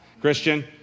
Christian